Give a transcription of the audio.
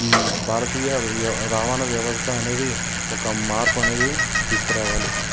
ఈ భారతీయ ర రవాణా వ్యవస్థ అనేది ఒక మార్పు అనేది తీసుకు రావాలి